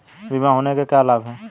बीमा होने के क्या क्या लाभ हैं?